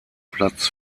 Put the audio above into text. platz